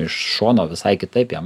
iš šono visai kitaip jiem